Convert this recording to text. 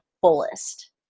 fullest